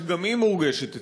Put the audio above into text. שגם היא מורגשת אצלנו,